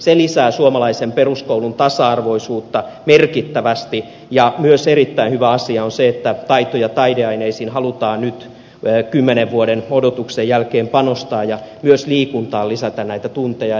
se lisää suomalaisen peruskoulun tasa arvoisuutta merkittävästi ja myös erittäin hyvä asia on se että taito ja taideaineisiin halutaan nyt kymmenen vuoden odotuksen jälkeen panostaa ja myös liikuntaan lisätä näitä tunteja